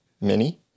mini